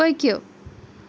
پٔکِو